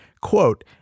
quote